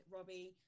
Robbie